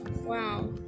wow